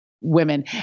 women